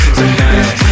tonight